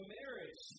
marriage